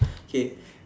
okay